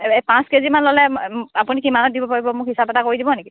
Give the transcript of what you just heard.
এই পাঁচ K G মান ল'লে আপুনি কিমানত দিব পাৰিব মোক হিচাপ এটা কৰি দিব নেকি